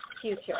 future